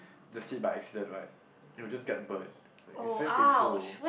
the seat by accident right it will just get burn like is very painful